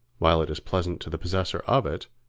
while it is pleasant to the possessor of it,